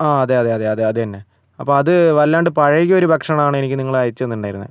ആ അതെ അതെ അതെ അത് തന്നെ അപ്പോൾ അത് വല്ലാണ്ട് പഴകിയ ഒരു ഭക്ഷണം ആണ് എനിക്ക് നിങ്ങൾ അയച്ച് തന്നിട്ടുണ്ടായിരുന്നത്